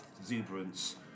exuberance